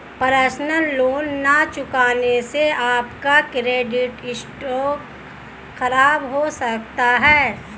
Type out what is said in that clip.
personal loan न चुकाने से आप का क्रेडिट स्कोर खराब हो सकता है